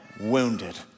wounded